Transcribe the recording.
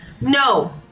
No